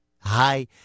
hi